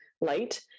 light